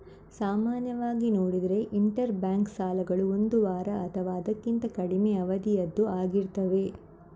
ಸಾಮಾನ್ಯವಾಗಿ ನೋಡಿದ್ರೆ interbank ಸಾಲಗಳು ಒಂದು ವಾರ ಅಥವಾ ಅದಕ್ಕಿಂತ ಕಡಿಮೆ ಅವಧಿಯದ್ದು ಆಗಿರ್ತವೆ